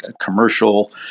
commercial